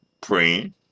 praying